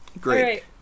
Great